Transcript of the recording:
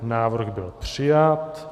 Návrh byl přijat.